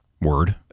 word